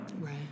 Right